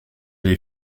les